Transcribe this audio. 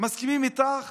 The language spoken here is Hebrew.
מסכימים איתך?